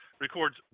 records